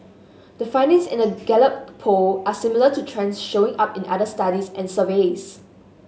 the findings in the Gallup Poll are similar to trends showing up in other studies and surveys